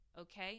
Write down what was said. okay